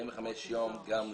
ולא